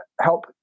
help